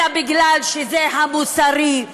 אלא כי זה המוסרי,